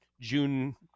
June